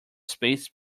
space